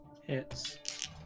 Hits